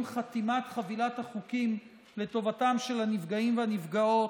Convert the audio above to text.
עם חתימת חבילת החוקים לטובתם של הנפגעים והנפגעות,